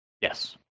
Yes